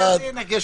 יש